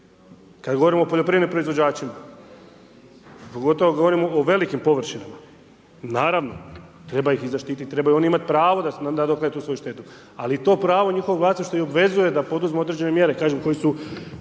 Kad govorimo o poljoprivrednim proizvođačima, pogotovo govorimo o velikim površinama. Naravno, treba ih zaštititi, trebaju oni imat pravo da nadoknade svoju štetu. Ali to pravo i njihovo vlasništvo ih i obvezuje da poduzmu određene mjere. Kažem, koje su